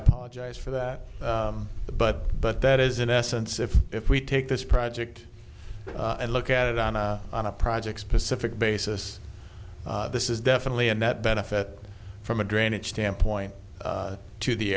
apologize for that but but that is in essence if if we take this project and look at it on a on a project specific basis this is definitely a net benefit from a drainage standpoint to the